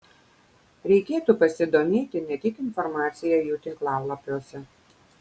reikėtų pasidomėti ne tik informacija jų tinklalapiuose